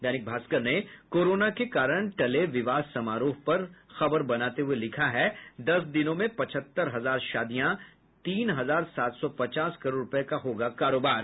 दैनिक भास्कर ने कोरोना के कारण टले विवाह समारोह पर खबर बनाते हये लिखा है दस दिनों में पचहत्तर हजार शादियां तीन हजार सात सौ पचास करोड़ रूपये का होगा करोबार